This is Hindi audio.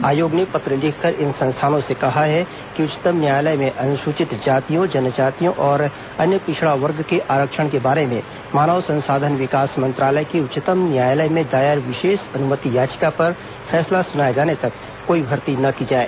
आयोग ने पत्र लिखकर इन संस्थानों से कहा है कि उच्चतम न्यायालय में अनुसूचित जातियों जनजातियों और अन्य पिछड़ा वर्ग के आरक्षण के बारे में मानव संसाधन विकास मंत्रालय की उच्चतम न्यायालय में दायर विशेष अनुमति याचिका पर फैसला सुनाए जाने तक कोई भर्ती न की जाए